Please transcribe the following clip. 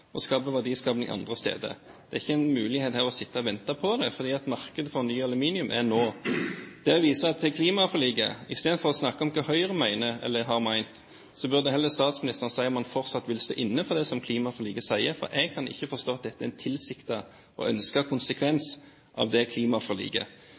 andre steder. Det er ikke en mulighet her å sitte og vente på det, fordi markedet for ny aluminium er nå. Det vises til klimaforliket. Istedenfor å snakke om hva Høyre mener, eller har ment, burde heller statsministeren si om han fortsatt vil stå inne for det klimaforliket sier, for jeg kan ikke forstå at dette er en tilsiktet og